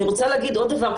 אני רוצה להגיד עוד דבר,